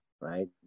right